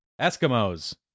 Eskimos